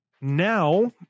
Now